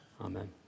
Amen